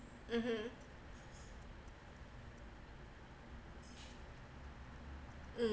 mmhmm mm